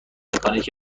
مکانیک